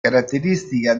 caratteristica